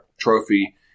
trophy